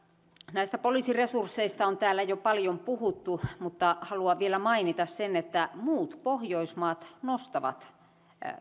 näistä poliisin resursseista on täällä jo paljon puhuttu mutta haluan vielä mainita sen että muut pohjoismaat nostavat